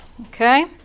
Okay